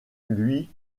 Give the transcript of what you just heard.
lui